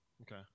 okay